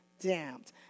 Damned